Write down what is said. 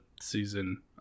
season